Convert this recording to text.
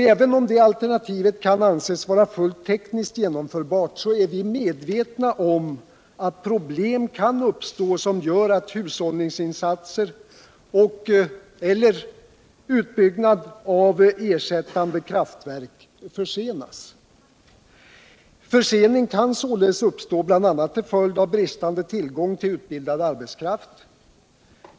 Även om det alternativet kan anses vara fullt tekniskt genomförbart, är vi medvetna om att problem kan uppstå, som gör att hushållningsinsatser eller utbyggnad av ersättande kraftverk försenas. Förseningar kan således uppkomma bl.a. till följd av bristande tillgång till utbildad arbetskraft.